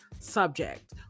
subject